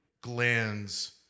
glands